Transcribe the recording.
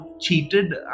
cheated